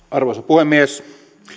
arvoisa puhemies